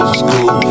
school